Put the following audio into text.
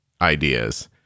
ideas